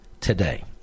today